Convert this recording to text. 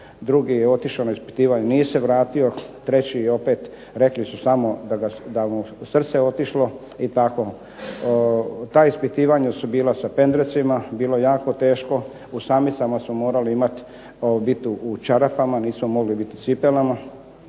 drugi je otišao na ispitivanje nije se vratio. Treći opet, rekli su samo da mu je srce otišlo i tako. Ta ispitivanja su bila sa pendrecima, bilo je jako teško. U samicama smo morali biti u čarapama, nismo mogli biti u cipelama.